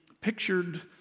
pictured